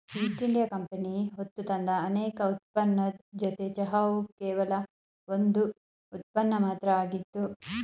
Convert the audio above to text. East India company ಹೊತ್ತುತಂದ ಅನೇಕ ಉತ್ಪನ್ನದ್ ಜೊತೆ ಚಹಾವು ಕೇವಲ ಒಂದ್ ಉತ್ಪನ್ನ ಮಾತ್ರ ಆಗಿತ್ತು